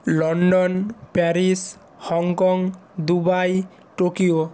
London Paris Hong Kong Dubai Tokyo